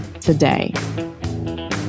today